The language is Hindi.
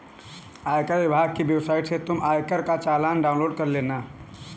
आयकर विभाग की वेबसाइट से तुम आयकर का चालान डाउनलोड कर लेना